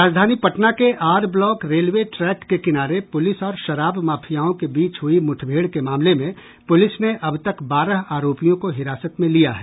राजधानी पटना के R block railway track के किनारे पुलिस और शराब माफियाओं के बीच हई मूठभेड़ के मामले में पूलिस ने अब तक बारह आरोपियों को हिरासत में लिया है